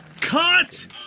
Cut